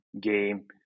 game